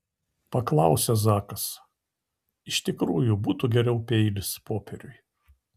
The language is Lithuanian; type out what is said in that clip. paklausė zakas iš tikrųjų būtų geriau peilis popieriui